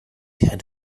had